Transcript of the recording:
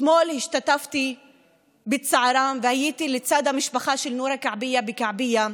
אתמול השתתפתי בצערם והייתי לצד המשפחה של נורה כעבייה בכעבייה.